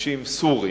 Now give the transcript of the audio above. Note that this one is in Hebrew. מוקשים סוריים.